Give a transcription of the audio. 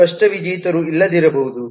ಸ್ಪಷ್ಟ ವಿಜೇತರು ಇಲ್ಲದಿರಬಹುದು